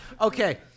Okay